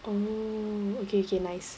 oh okay okay nice